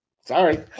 sorry